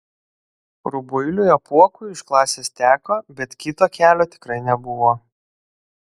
rubuiliui apuokui iš klasės teko bet kito kelio tikrai nebuvo